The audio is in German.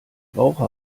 rauche